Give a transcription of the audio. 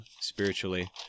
spiritually